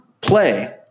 Play